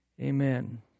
Amen